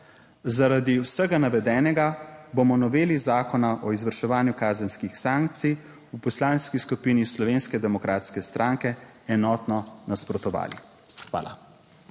Zaradi vsega navedenega bomo noveli Zakona o izvrševanju kazenskih sankcij v Poslanski skupini Slovenske demokratske stranke enotno nasprotovali. Hvala.